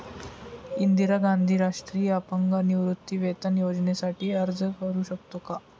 इंदिरा गांधी राष्ट्रीय अपंग निवृत्तीवेतन योजनेसाठी अर्ज करू शकतो का?